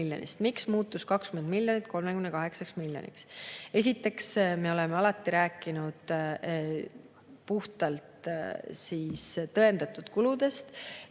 Miks muutus 20 miljonit 38 miljoniks?" Esiteks, me oleme alati rääkinud puhtalt tõendatud kuludest